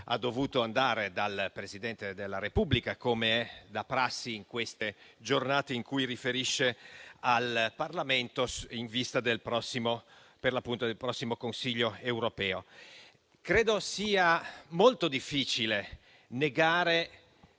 dovuta andare dal Presidente della Repubblica, come da prassi in queste giornate in cui riferisce al Parlamento in vista del prossimo Consiglio europeo. Io credo sia molto difficile negare